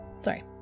Sorry